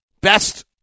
best